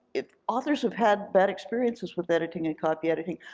if authors have had bad experiences with editing and copy editing,